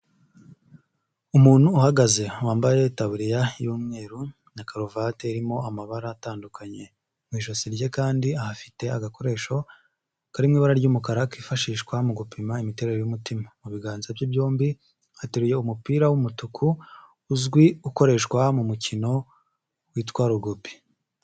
Umuntu uhagaze wambaye itaburiya y'umweru na karuvati irimo amabara atandukanye, mu ijosi rye kandi ahafite agakoresho kari mu ibara ry'umukara kifashishwa mu gupima imiterere y'umutima, mu biganza bye byombi ateruye umupira w'umutuku uzwi ukoreshwa mu mukino witwa rugubi.